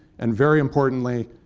and very importantly,